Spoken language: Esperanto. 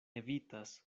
evitas